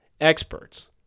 experts